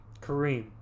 Kareem